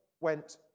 went